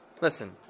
Listen